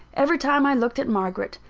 every time i looked at margaret,